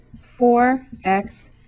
4x